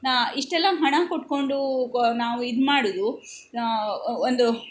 ನಾ ಇಷ್ಟೆಲ್ಲ ಹಣ ಕೊಟ್ಕೊಂಡು ಗ ನಾವು ಇದು ಮಾಡೋದು ಒಂದು